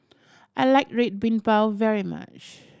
I like Red Bean Bao very much